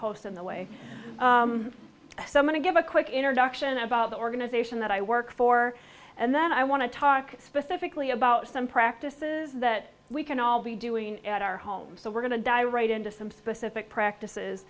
post in the way so many give a quick introduction about the organization that i work for and then i want to talk specifically about some practices that we can all be doing at our home so we're going to die right into some specific practices